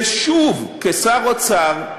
ושוב, כשר האוצר,